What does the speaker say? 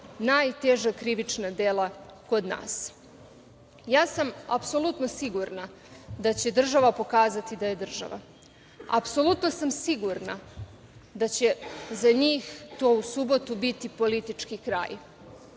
najteža krivična dela kod nas. Apsolutno sam sigurna da će država pokazati da je država. Apsolutno sam sigurna da će za njih to u subotu biti politički kraj,